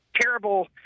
terrible